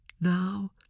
now